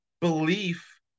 belief